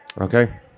Okay